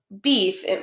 Beef